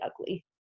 ugly